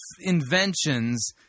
inventions